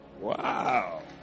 Wow